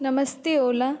नमस्ते ओला